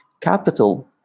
capital